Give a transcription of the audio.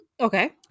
Okay